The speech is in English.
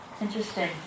Interesting